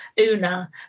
Una